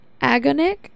Agonic